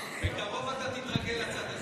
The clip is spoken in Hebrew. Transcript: בקרוב אתה תתרגל לצד הזה.